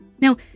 Now